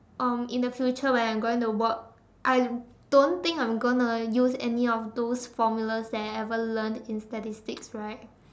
um in the future when I'm going to work I don't think I'm gonna use any of those formulas that I ever learnt in statistics right